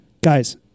guys